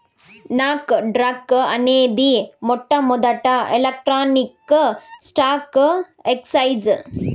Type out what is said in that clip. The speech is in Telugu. నాన్ డాక్ అనేది మొట్టమొదటి ఎలక్ట్రానిక్ స్టాక్ ఎక్సేంజ్